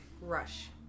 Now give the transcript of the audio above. Rush